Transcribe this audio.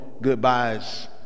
goodbyes